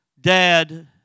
dad